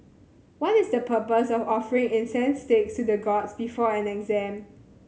what is the purpose of offering incense sticks to the gods before an exam